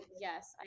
Yes